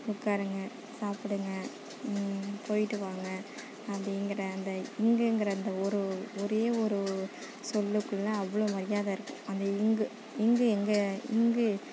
உட்காருங்க சாப்பிடுங்க போய்விட்டு வாங்க அப்படிங்கிற அந்த ங்குங்குற அந்த ஒரு ஒரே ஒரு சொல்லுக்குள்ளே அவ்வளோ மரியாதை இருக்கும் அந்த ங்கு ங்கு எங்கே ங்கு